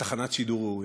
לתחנת שידור ראויה.